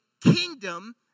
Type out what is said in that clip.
kingdom